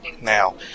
Now